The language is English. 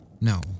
No